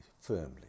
firmly